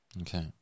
okay